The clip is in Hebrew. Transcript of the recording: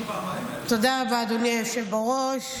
תודה רבה, אדוני היושב בראש.